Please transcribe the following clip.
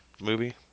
Movie